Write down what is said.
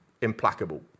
implacable